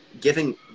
giving